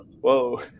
Whoa